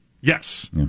yes